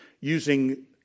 using